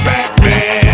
Batman